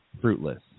fruitless